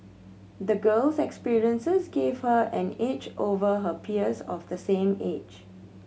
the girl's experiences gave her an edge over her peers of the same age